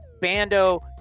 Bando